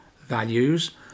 values